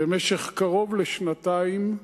במשך קרוב לשנתיים,